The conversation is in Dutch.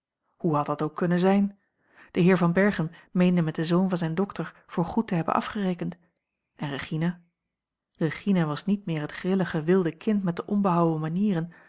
hoe had dat ook kunnen zijn de heer van berchem meende met den zoon van zijn dokter voor goed te hebben afgerekend en regina regina was niet meer het grillige wilde kind met de onbehouwen manieren